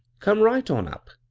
come right on up.